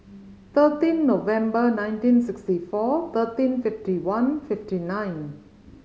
thirteen Noveber nineteen sixty four thirteen fifty one fifty nine